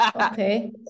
Okay